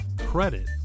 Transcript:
credit